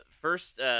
first